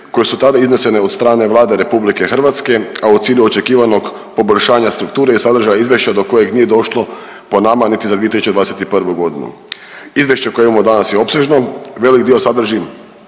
koje su tada iznesene od strane Vlade RH, a u cilju očekivanog poboljšanja strukture i sadržaja izvješća do kojeg nije došlo po nama niti za 2021. godinu. Izvješće koje imamo danas je opsežno. Velik dio sadrži